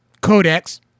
Codex